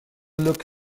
look